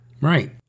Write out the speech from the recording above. Right